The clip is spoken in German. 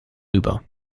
über